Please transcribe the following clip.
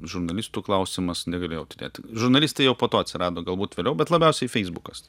žurnalistų klausiamas negalėjau tylėti žurnalistai jau po to atsirado galbūt vėliau bet labiausiai feisbukas